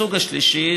הסוג השלישי,